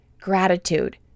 gratitude